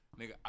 nigga